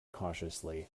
cautiously